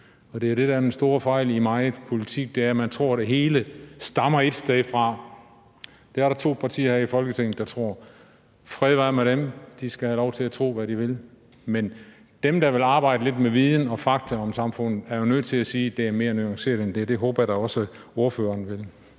Det er jo det, der er den store fejl i meget politik, nemlig at man tror, det hele stammer ét sted fra. Det er der to partier her i Folketinget der tror. Fred være med dem; de skal have lov til at tro, hvad de vil. Men dem, der vil arbejde lidt med viden og fakta om samfundet, er jo nødt til at sige, at det er mere nuanceret end det. Det håber jeg da også ordføreren